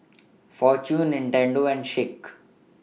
Fortune Nintendo and Schick